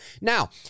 Now